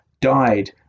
died